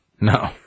No